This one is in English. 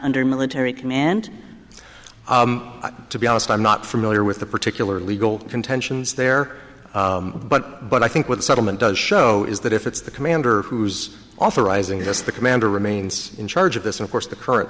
under military command to be honest i'm not familiar with the particular legal contentions there but but i think what the settlement does show is that if it's the commander who's authorizing this the commander remains in charge of this of course the current